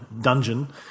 dungeon